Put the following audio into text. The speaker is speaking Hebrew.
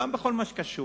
גם בכל מה שקשור.